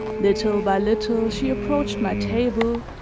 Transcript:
little by little she approached my table,